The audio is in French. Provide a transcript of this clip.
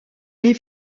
est